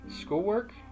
schoolwork